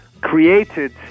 created